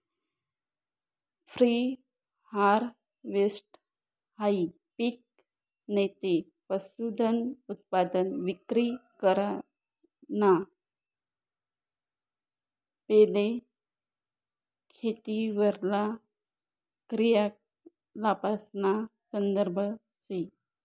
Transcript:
pre हारवेस्टहाई पिक नैते पशुधनउत्पादन विक्री कराना पैले खेतीवरला क्रियाकलापासना संदर्भ शे